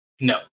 No